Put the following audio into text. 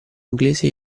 inglese